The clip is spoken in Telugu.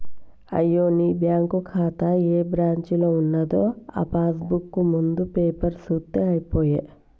అయ్యో నీ బ్యాంకు ఖాతా ఏ బ్రాంచీలో ఉన్నదో ఆ పాస్ బుక్ ముందు పేపరు సూత్తే అయిపోయే